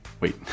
Wait